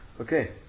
Okay